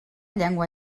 llengua